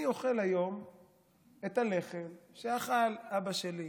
אני אוכל היום את הלחם שאכל אבא שלי,